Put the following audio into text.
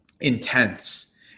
intense